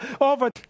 over